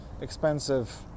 expensive